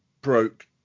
broke